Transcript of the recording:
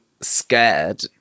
scared